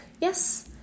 yes